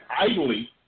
idly